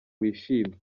wishime